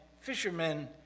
fishermen